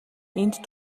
энд